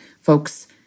folks